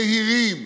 זהירים.